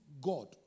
God